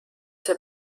see